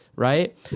Right